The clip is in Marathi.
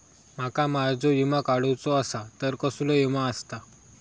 माका माझो विमा काडुचो असा तर कसलो विमा आस्ता?